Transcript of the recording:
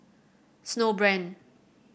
Snowbrand